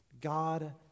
God